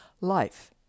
Life